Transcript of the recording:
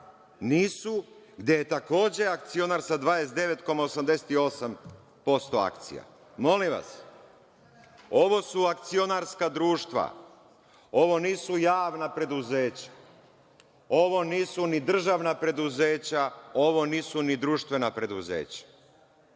NIS-u, gde je takođe akcionar sa 29,88% akcija. Molim vas, ovo su akcionarska društva, ovo nisu javna preduzeća, ovo nisu ni državna preduzeća, ovo nisu ni društvena preduzeća. Svako